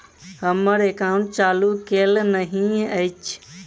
हम्मर एकाउंट चालू केल नहि अछि?